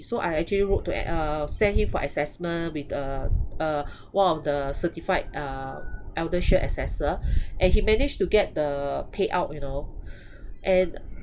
so I actually wrote to uh send him for assessment with uh uh one of the certified uh eldershield assessor and he managed to get the payout you know and